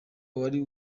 wari